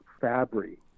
Fabry